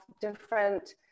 different